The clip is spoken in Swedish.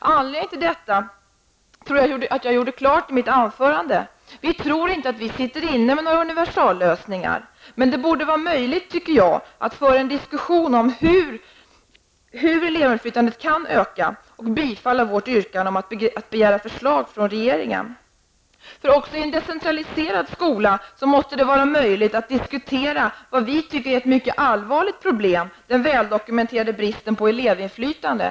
Anledningen härtill trodde jag att jag hade klargjort i mitt anförande. Vi tror inte att vi har några universallösningar. Men jag anser att det borde vara möjligt att föra en diskussion om hur elevinflytandet skall kunna ökas. Därför borde man kunna bifalla vårt yrkande att riksdagen skall begära ett förslag från regeringen. Också i en decentraliserad skola måste det vara möjligt att diskutera vad vi tycker är ett mycket allvarligt problem, nämligen den väldokumenterade bristen på elevinflytande.